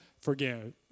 forgive